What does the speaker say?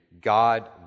God